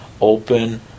open